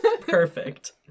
Perfect